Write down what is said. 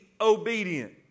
obedient